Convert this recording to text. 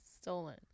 stolen